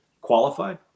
qualified